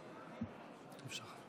ההצבעה: